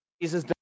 Jesus